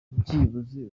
byibuze